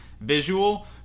visual